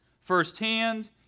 firsthand